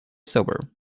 sober